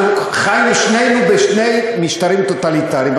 אנחנו חיינו שנינו בשני משטרים טוטליטריים,